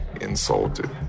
insulted